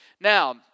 Now